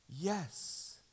Yes